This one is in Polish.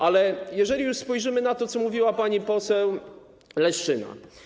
Ale jeżeli już spojrzymy na to, co mówiła pani poseł Leszczyna.